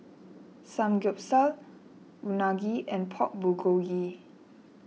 Samgyeopsal Unagi and Pork Bulgogi